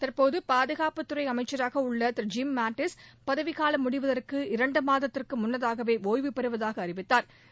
தற்போது பாதுகாப்புத்துறை அமைச்சராக உள்ள திரு ஜிம் மாட்டீஸ் பதவிக் காவம் முடிவதற்கு இரண்டு மாதத்திற்கு முன்னதாகவே ஓய்வுபெறுவதாக அறிவித்தாா்